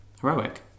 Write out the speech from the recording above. Heroic